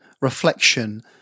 reflection